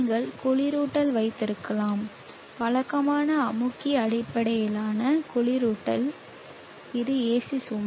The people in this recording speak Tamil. நீங்கள் குளிரூட்டல் வைத்திருக்கலாம் வழக்கமான அமுக்கி அடிப்படையிலான குளிரூட்டல் இது AC சுமை